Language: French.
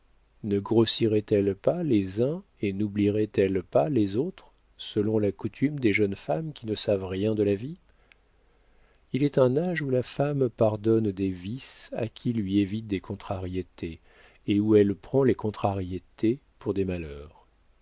ne grossirait elle pas les uns et noublierait elle pas les autres selon la coutume des jeunes femmes qui ne savent rien de la vie il est un âge où la femme pardonne des vices à qui lui évite des contrariétés et où elle prend les contrariétés pour des malheurs